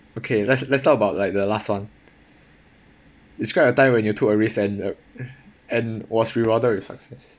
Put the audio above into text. okay let's let's talk about like the last one describe a time when you took a risk and and was rewarded with success